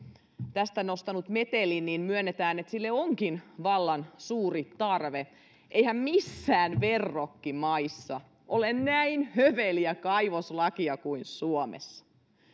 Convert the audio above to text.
tästä nostanut metelin myönnetään että sille onkin vallan suuri tarve eihän missään verrokkimaissa ole näin höveliä kaivoslakia kuin suomessa